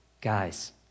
Guys